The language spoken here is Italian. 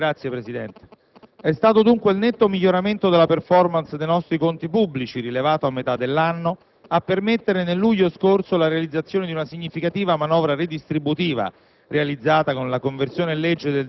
È stato, dunque, il netto miglioramento della *performance* dei nostri conti pubblici, rilevato a metà dell'anno,